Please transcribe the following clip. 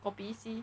kopi C